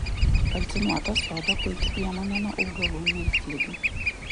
kalcinuota soda puiki priemonė nuo augalų miltligių